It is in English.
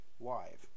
live